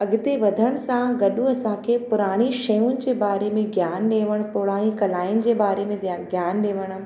अॻिते वधण सां गॾु असांखे पुराणी शयूं जे बारे में ज्ञान ॾियणु पुराणी कलायूं जे बारे में ज्ञान ॾियणु